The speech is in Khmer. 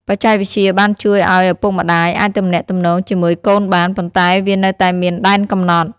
បច្ចេកវិទ្យាបានជួយឱ្យឪពុកម្ដាយអាចទំនាក់ទំនងជាមួយកូនបាន ប៉ុន្តែវានៅតែមានដែនកំណត់។